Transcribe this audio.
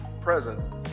present